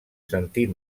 sentit